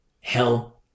Hell